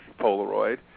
Polaroid